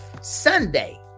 Sunday